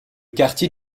quartier